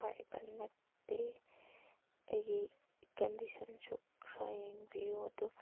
ꯄꯥꯏꯕ ꯅꯠꯇꯦ ꯑꯩꯒꯤ ꯀꯟꯗꯤꯁꯟꯁꯨ ꯈꯔ ꯌꯦꯡꯕꯤꯌꯨ ꯑꯗꯨ